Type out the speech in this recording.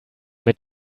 mit